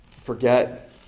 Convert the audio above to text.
Forget